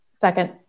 Second